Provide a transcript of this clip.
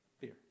fear